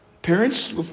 Parents